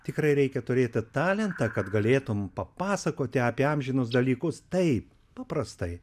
tikrai reikia turėti talentą kad galėtum papasakoti apie amžinus dalykus taip paprastai